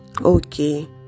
okay